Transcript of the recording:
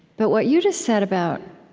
but what you just said about